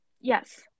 Yes